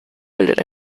bildet